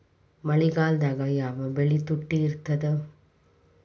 ಮಳೆಗಾಲದಾಗ ಯಾವ ಬೆಳಿ ತುಟ್ಟಿ ಇರ್ತದ?